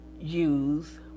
use